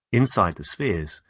inside the spheres,